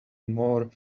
more